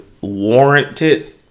warranted